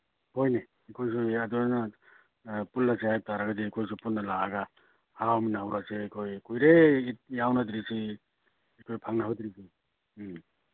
ꯍꯣꯏꯅꯦ ꯑꯩꯈꯣꯏꯁꯨꯅꯤ ꯑꯗꯣ ꯅꯪ ꯄꯨꯜꯂꯁꯦ ꯍꯥꯏ ꯇꯥꯔꯕꯗꯤ ꯑꯩꯈꯣꯏꯁꯨ ꯄꯨꯟꯅ ꯂꯥꯛꯑꯒ ꯍꯔꯥꯎꯃꯤꯟꯅꯍꯧꯔꯁꯦ ꯑꯩꯈꯣꯏ ꯀꯨꯏꯔꯦ ꯏꯗ ꯌꯥꯎꯅꯗ꯭ꯔꯤꯁꯤ ꯑꯩꯈꯣꯏ ꯐꯪꯅꯍꯧꯗ꯭ꯔꯤ ꯎꯝ